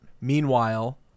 meanwhile